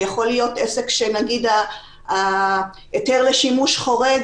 ויכול להיות עסק שההיתר לשימוש חורג